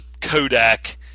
Kodak